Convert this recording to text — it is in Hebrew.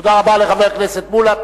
תודה רבה לחבר הכנסת מולה.